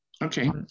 Okay